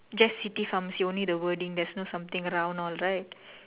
just city pharmacy only the wording there's no something wrong all right